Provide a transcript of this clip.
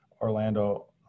Orlando